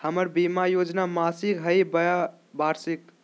हमर बीमा योजना मासिक हई बोया वार्षिक?